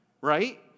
right